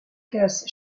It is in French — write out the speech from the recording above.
classe